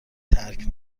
ترک